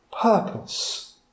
purpose